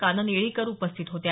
कानन येळीकर उपस्थित होत्या